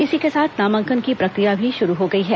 इसी के साथ नामांकन की प्रक्रिया भी शुरू हो गई है